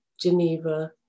Geneva